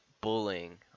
bullying